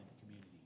community